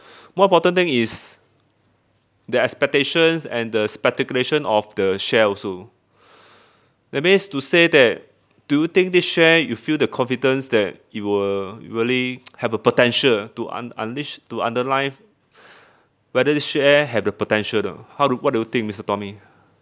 more important thing is the expectations and the speculation of the share also that means to say that do you think this share you feel the confidence that it will really have a potential to un~ unleash to underline whether this share have the potential to how do what do you think mister tommy